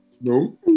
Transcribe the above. No